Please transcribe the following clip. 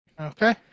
Okay